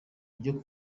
ryo